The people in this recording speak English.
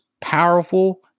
powerful